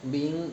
being